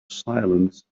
silence